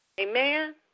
Amen